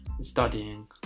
studying